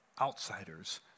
outsiders